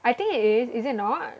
I think it is is it not